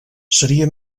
seria